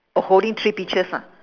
oh holding three peaches ah